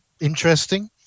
interesting